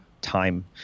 time